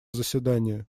заседания